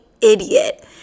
idiot